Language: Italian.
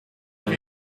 non